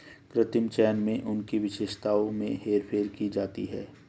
कृत्रिम चयन में उनकी विशेषताओं में हेरफेर की जाती है